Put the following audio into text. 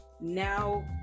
now